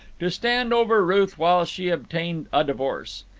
to stand over ruth while she obtained a divorce.